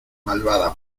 malvada